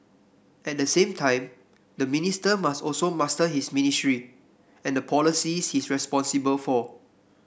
at the same time the minister must also master his ministry and the policies he is responsible for